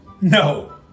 No